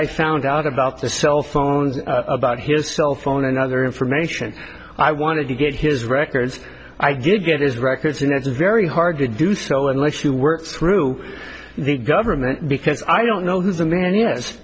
i found out about the cell phones about his cell phone and other information i wanted to get his records i did get his records and it's very hard to do so unless you work through the government because i don't know who is and then yes